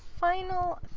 Final